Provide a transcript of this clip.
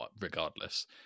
regardless